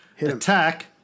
attack